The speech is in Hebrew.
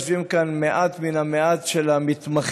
יושבים כאן מעט מן המעט של המתמחים